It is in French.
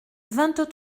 vingt